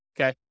Okay